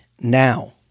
now